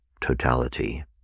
totality